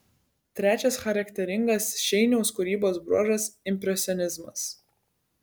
trečias charakteringas šeiniaus kūrybos bruožas impresionizmas